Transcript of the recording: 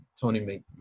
Tony